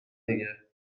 دیگه